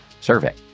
survey